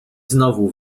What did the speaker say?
znowu